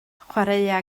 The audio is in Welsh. chwaraea